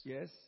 Yes